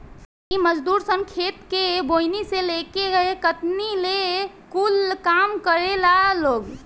इ मजदूर सन खेत के बोअनी से लेके कटनी ले कूल काम करेला लोग